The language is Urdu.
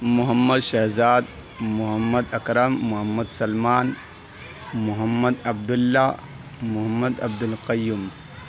محمد شہزاد محمد اکرم محمد سلمان محمد عبداللہ محمد عبدالقیوم